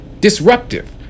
disruptive